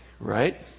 Right